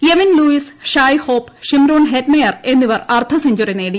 Evin Lewis Shai Hope Shimron Hetmyer എന്നിവർ അർദ്ധസെഞ്ചറി നേടി